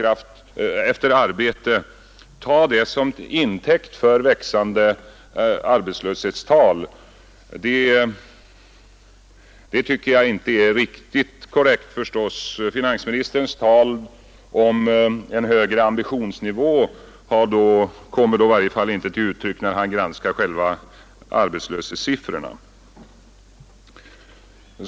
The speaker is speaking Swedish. Att sedan ta detta som intäkt för växande arbetslöshetstal det tycker jag inte är riktigt korrekt. Finansministerns tal om en högre ambitionsnivå kommer i varje fall inte till uttryck när han granskar just arbetslöshetssiffrorna.